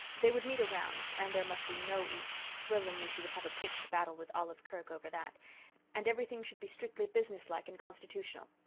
they would meet around and there must be no eats rilla knew she would have a pitched battle with olive kirk over that and everything should be strictly business-like and constitutional.